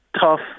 tough